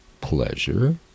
pleasure